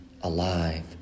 alive